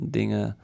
dingen